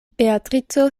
beatrico